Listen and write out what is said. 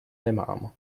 nemám